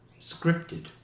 scripted